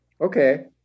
Okay